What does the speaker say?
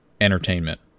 entertainment